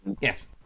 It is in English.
Yes